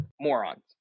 morons